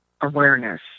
awareness